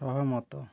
ସହମତ